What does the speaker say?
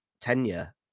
tenure